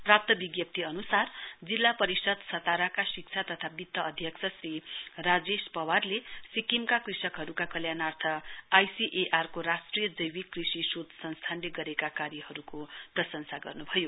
प्राप्त विज्ञप्ती अनुसार जिल्ला परिषद सताराका शिक्षा तथा वित्त अध्यक्ष श्री राजेश पवारले सिक्किमका कृषकहरूका कल्याणर्थ आइसिएआर को राष्ट्रिय जैविक कृषि शोध संस्थानले गरेका कार्यहरूको प्रशंसा गर्नुभयो